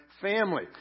family